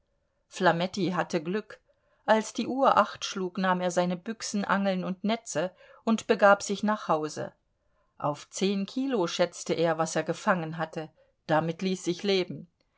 flametti hatte glück als die uhr acht schlug nahm er seine büchsen angeln und netze und begab sich nach hause auf zehn kilo schätzte er was er gefangen hatte damit ließ sich leben